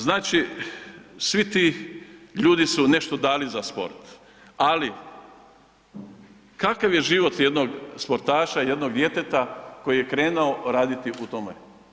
Znači, svi ti ljudi su nešto dali za sport, ali kakav je život jednog sportaša, jednog djeteta koji je krenuo raditi u tome?